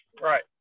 Right